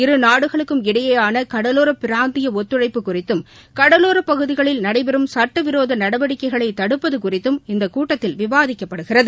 இரு நாடுகளுக்கும் இடையேயாள கடலோர பிராந்திய ஒத்துழைப்பு குறித்தும் கடலோரப் பகுதிகளில் நடைபெறும் சுட்டவிரோத நடவடிக்கைகளை தடுப்பது குறித்தும் இந்த கூட்டத்தில் விவாதிக்கப்படுகிறது